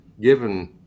given